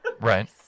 Right